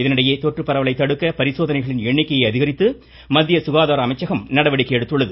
இதனிடையே தொற்றுப் பரவலைத்தடுக்க பரிசோதனைகளின் எண்ணிக்கையை அதிகரித்து மத்திய சுகாதார அமைச்சகம் நடவடிக்கை எடுத்துள்ளது